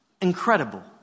incredible